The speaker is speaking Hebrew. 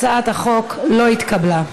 הצעת החוק לא התקבלה.